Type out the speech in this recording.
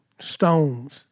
Stones